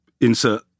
insert